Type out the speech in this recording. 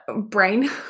brain